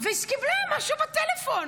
-- וקיבלה משהו בטלפון,